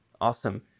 Awesome